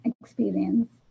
experience